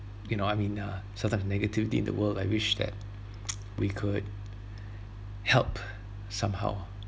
you know I mean uh sometimes negativity in the world I wish that we could help somehow